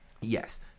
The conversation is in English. Yes